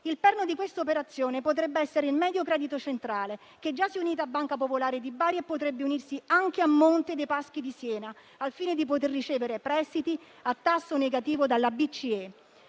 Il perno di questa operazione potrebbe essere il Mediocredito centrale, che già si è unito a Banca popolare di Bari e potrebbe unirsi anche a Monte dei Paschi di Siena, al fine di poter ricevere prestiti a tasso negativo dalla BCE.